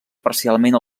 parcialment